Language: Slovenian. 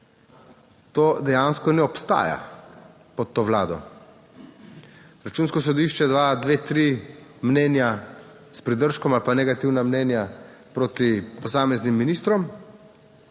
to dejansko ne obstaja pod to Vlado. Računsko sodišče, dve, tri mnenja s pridržkom ali pa negativna mnenja proti posameznim ministrom.